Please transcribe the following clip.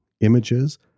images